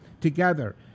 together